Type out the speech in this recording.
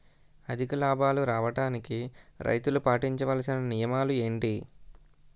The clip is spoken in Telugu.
అధిక లాభాలు రావడానికి రైతులు పాటించవలిసిన నియమాలు ఏంటి